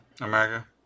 America